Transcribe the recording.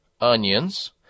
onions